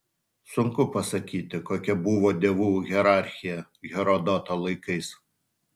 sunku pasakyti kokia buvo dievų hierarchija herodoto laikais